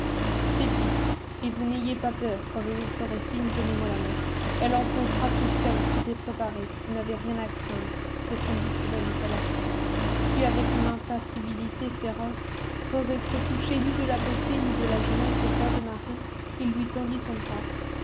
c'est dit et vous n'ayez pas peur quand je vous ferai signe donnez-moi la main elle enfoncera toute seule tout est préparé vous n'avez rien à craindre répondit tout bas nicolas puis avec une impassibilité féroce sans être touché ni de la beauté ni de la jeunesse de fleur de marie il lui tendit son bras